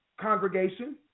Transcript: Congregation